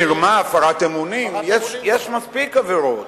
מרמה, הפרת אמונים, יש מספיק עבירות.